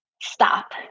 Stop